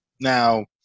now